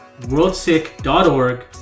worldsick.org